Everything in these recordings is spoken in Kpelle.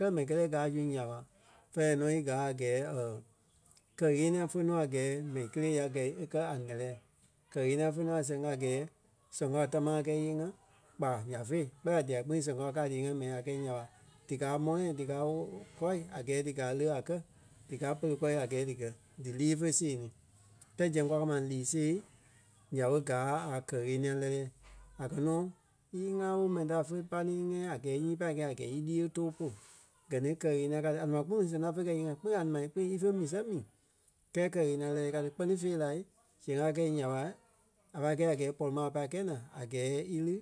kɛlɛ mɛni kɛtɛi gaa zui nya ɓa fɛ̂ɛ nɔ í gáa a gɛɛ kɛ-ɣeniɛi fé nɔ a gɛɛ mɛni kélee ya gɛ̂i e kâa a ǹɛ́lɛɛ. Kɛ ɣeniɛi fé nɔ a sɛŋ a gɛɛ nɛ́lɛɛ kɛ-ɣeniɛi fé nɔ a sɛŋ a gɛɛ soŋ káo tamaa kɛɛ íyee-ŋa kpa nyaa féi kpɛɛ la dia kpîŋ sɛŋ kao káa dí yée-ŋa mɛni a kɛ̂i nya ɓa díkaa mɔ̃lɛ díkaa- kɔ́i a gɛɛ dí gáa le a kɛ̀ díkaa pere kɔri a gɛɛ dí gɛ̀ dí lîi fé see ni. Kɛlɛ zɛŋ kwa kɛ́ lîi-see nya ɓé gáa a kɛ-ɣeniɛi lɛ́lɛɛ. A kɛ̀ nɔ í ŋá ɓó mɛni ta fé pai ní íŋɛi a gɛɛ nyii pai kɛ̂i a gɛɛ í lîi e too polu. Gɛ ni kɛ-ɣeniɛi ka ti. A nɛ̃ɛ máŋ kpîŋ sɛŋ ta fe kɛ̀ íyee-ŋa kpîŋ a nɛ̃ɛ ma kpîŋ ífe mii sɛŋ mii kɛɛ kɛ-ɣeniɛi lɛ́lɛɛ kâa ti kpɛ́ni fêi lai zɛŋ a kɛ̂i nya ɓa a pai kɛ̂i a gɛɛ pɔri ma a pai kɛ̂i naa a gɛɛ í lí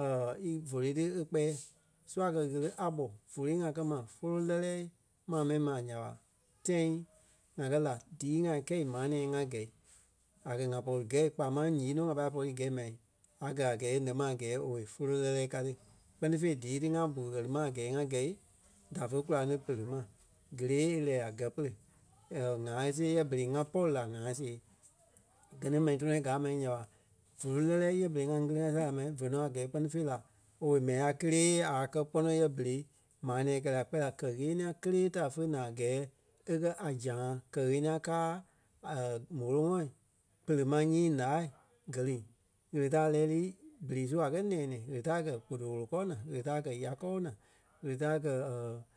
í vóloi tí e kpɛ́ɛ. So a kɛ̀ ɣele a ɓɔ vóloi ŋa kɛ́ ma fólo lɛ́lɛɛ maa mɛni ma nya ɓa tãi ŋa kɛ la dii-ŋai kɛ̂i maa nɛ̃ɛ a gɛ́i. A kɛ̀ ŋa pɔri gɛ̂i kpaa máŋ nyìi nɔ́ ŋa pai pɔri gɛ̂i ma a gaa a gɛɛ e nɛ́ ma a gɛɛ owei folo lɛ́lɛɛ kaa ti. Kpɛ́ni fêi díi ti ŋa bu ɣiri ma a gɛɛ ŋa gɛ̂i da fé kula ní pere ma, kélee e lɛ́ɛ a gɛ́ pere ŋa see yɛ berei ŋá pɔri la ŋa see. Gɛ ni mɛni tɔnɔ gaa ma nya ɓa vóloi lɛ́lɛɛ yɛ berei ŋa ŋili-ŋa sia la mai vé nɔ a gɛɛ kpɛ́ni fêi la owei mɛni-ŋai kelee a kɛ kpɔnɔ yɛ berei maa nɛ̃ɛ e kɛ la kpɛɛ la kɛ-ɣeniɛi kélee ta fe naa a gɛɛ e kɛ́ a zã́a. Kɛ-ɣeniɛi káa m̀oloŋɔɔ pere ma nyii laai kɛ́ lí. Ɣele da lɛ́ lí berei su a kɛ́ nɛ̃ɛ-nɛɛ ɣele da a kɛ gboto-wolo kɔɔ naa yele da kɛ yá kɔɔ naa ɣele da a kɛ